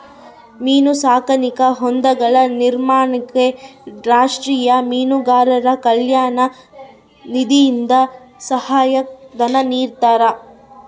ಮೀನು ಸಾಕಾಣಿಕಾ ಹೊಂಡಗಳ ನಿರ್ಮಾಣಕ್ಕೆ ರಾಷ್ಟೀಯ ಮೀನುಗಾರರ ಕಲ್ಯಾಣ ನಿಧಿಯಿಂದ ಸಹಾಯ ಧನ ನಿಡ್ತಾರಾ?